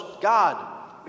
God